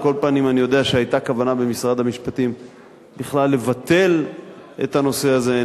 על כל פנים אני יודע שהיתה כוונה במשרד המשפטים בכלל לבטל את הנושא הזה.